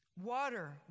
water